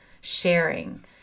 sharing